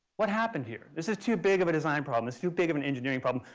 what happened here? this is too big of a design problem. it's too big of an engineering problem.